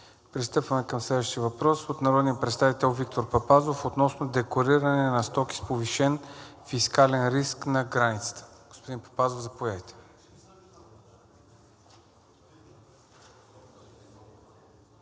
Пристъпваме към следващия въпрос – от народния представител Виктор Папазов, относно деклариране на стоки с повишен фискален риск на границата. Господин Папазов, заповядайте.